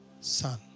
son